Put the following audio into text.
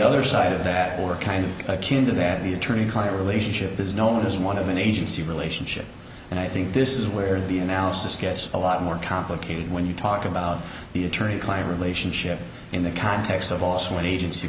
other side of that or kind of kinda that the attorney client relationship is known as one of an agency relationship and i think this is where the analysis gets a lot more complicated when you talk about the attorney client relationship in the context of also an agency